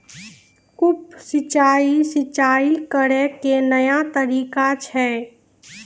उप सिंचाई, सिंचाई करै के नया तरीका छै